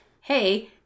hey